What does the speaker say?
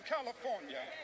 California